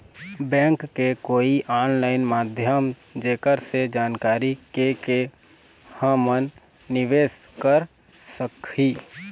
Bank के कोई online माध्यम जेकर से जानकारी के के हमन निवेस कर सकही?